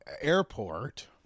airport